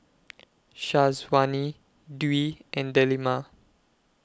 Syazwani Dwi and Delima